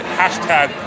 hashtag